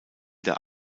der